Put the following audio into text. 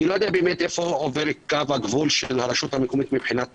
אני לא יודע איפה עובר קו הגבול של הרשות המקומית מבחינת פיקוח,